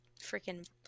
freaking